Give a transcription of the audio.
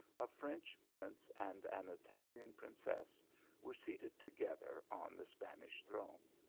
a french prince and an italian princess were seated together on the spanish throne.